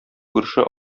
күрше